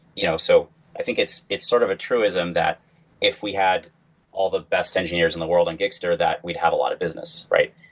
you know so i think it's it's sort of a truism that if we had all the best engineers in the world on gigster, that we'd have a lot of business, right?